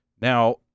Now